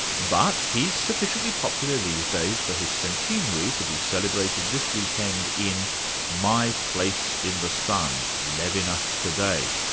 but he's sufficiently popular these days for his centenary to be celebrated this weekend in my place in the sun levinas today,